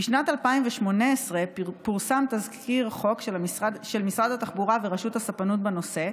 בשנת 2018 פורסם תזכיר חוק של משרד התחבורה ורשות הספנות בנושא,